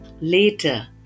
Later